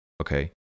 okay